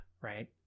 right